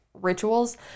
Rituals